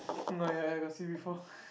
ya ya I got see before